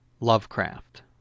Lovecraft